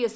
S